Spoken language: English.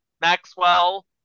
Maxwell